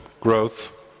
growth